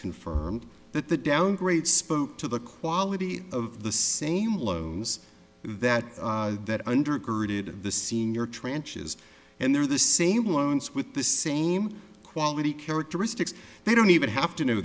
confirmed that the downgrade spoke to the quality of the same loans that that undergirded of the senior tranche is and they're the same ones with the same quality characteristics they don't even have to know